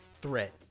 threat